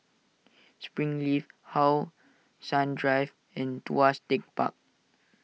Springleaf How Sun Drive and Tuas Tech Park